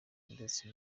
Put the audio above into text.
ndetse